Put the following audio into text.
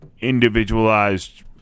individualized